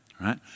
right